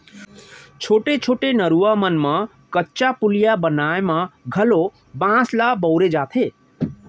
छोटे छोटे नरूवा मन म कच्चा पुलिया बनाए म घलौ बांस ल बउरे जाथे